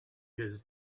his